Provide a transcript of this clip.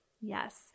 Yes